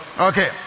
Okay